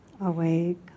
awake